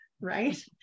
right